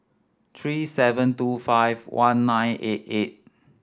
three seven two five one nine eight eight